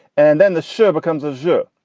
and then the shirt becomes as you.